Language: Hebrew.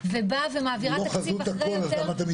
ועוד נהיה מוכנים לתת בהסכמה,